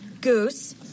Goose